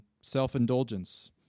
self-indulgence